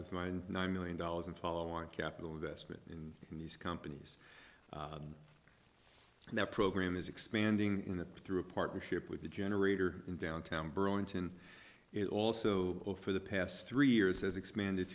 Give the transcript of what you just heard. mine nine million dollars in follow on capital investment in these companies and that program is expanding in that through a partnership with a generator in downtown burlington it also for the past three years has expanded